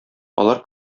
алар